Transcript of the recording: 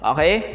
Okay